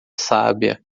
sábia